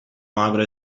magro